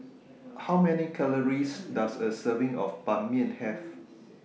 How Many Calories Does A Serving of Ban Mian Have